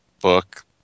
book